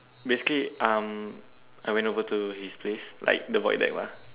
basically um I went over to his place like the void deck lah